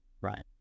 right